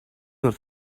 not